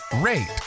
rate